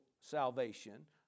salvation